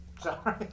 Sorry